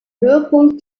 höhepunkt